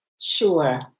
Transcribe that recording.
Sure